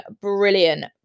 brilliant